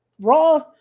Raw